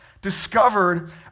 discovered